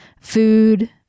food